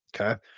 Okay